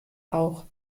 auch